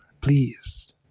please